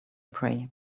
pray